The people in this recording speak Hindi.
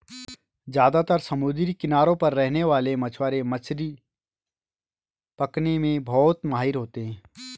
ज्यादातर समुद्री किनारों पर रहने वाले मछवारे मछली पकने में बहुत माहिर होते है